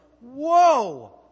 whoa